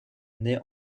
naît